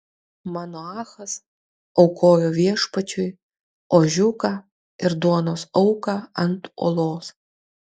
manoachas aukojo viešpačiui ožiuką ir duonos auką ant uolos